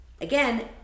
Again